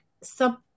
sub